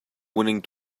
willing